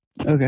Okay